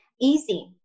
easy